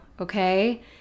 okay